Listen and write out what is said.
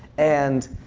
and